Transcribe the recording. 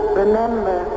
remember